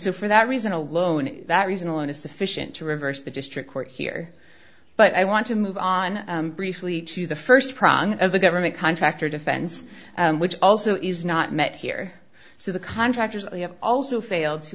so for that reason alone that reason alone is sufficient to reverse the district court here but i want to move on briefly to the st prong of a government contractor defense which also is not met here so the contractors have also failed to